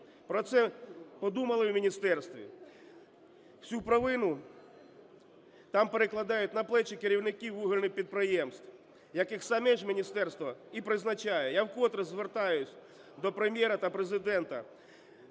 Про це подумали в міністерстві? Всю провину там перекладають на плечі керівників вугільних підприємств, яких саме ж міністерство і призначає. Я вкотре звертаюсь до Прем'єра та Президента